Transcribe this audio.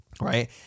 Right